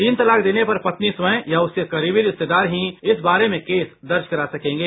तीन तलाक देने पर पत्नी स्वयं या उसके करीबी रिश्तेदार ही इस बारे में केस दर्ज करा सकेंगे